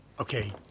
Okay